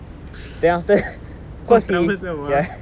what troublesome ah